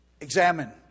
Examine